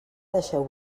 deixeu